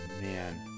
Man